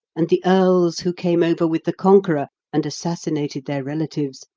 and the earls who came over with the conqueror, and assassinated their relatives,